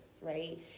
right